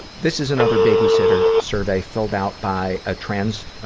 this is another babysitter survey filled out by a trans, ah,